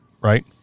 right